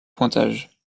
pointage